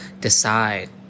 decide